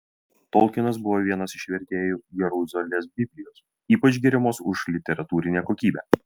tolkinas buvo vienas iš vertėjų jeruzalės biblijos ypač giriamos už literatūrinę kokybę